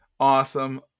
Awesome